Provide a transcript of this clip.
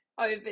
over